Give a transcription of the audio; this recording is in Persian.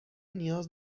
نیاز